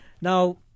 Now